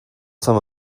some